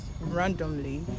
randomly